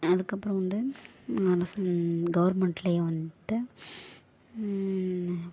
அதற்கப்புறம் வந்து அரசு கவர்மெண்ட்லேயே வந்துட்டு